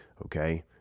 okay